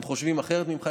הם חושבים אחרת ממך.